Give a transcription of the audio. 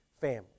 family